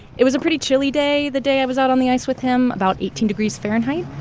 it was a pretty chilly day the day i was out on the ice with him about eighteen degrees fahrenheit.